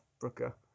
brooker